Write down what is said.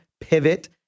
Pivot